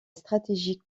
stratégique